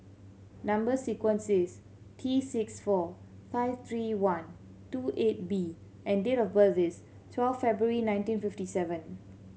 number sequence is T six four five three one two eight B and date of birth is twelve February nineteen fifty seven